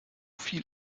viel